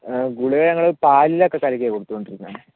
ഗുളിക ഞങ്ങൾ പാലിലൊക്കെയാണ് കലക്കി കൊടുത്തു കൊണ്ടിരുന്നത്